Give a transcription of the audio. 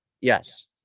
yes